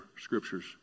scriptures